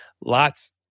lots